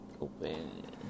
Open